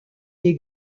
des